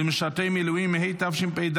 למשרתי מילואים), התשפ"ד